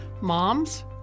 Moms